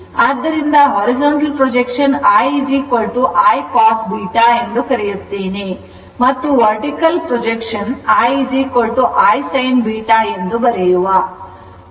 ಆದ್ದರಿಂದ horizontal projection I I cos β ಎಂದು ಕರೆಯುತ್ತೇನೆ ಮತ್ತು vertical projection I' I sin β ಎಂದು ಬರೆಯುವ